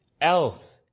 else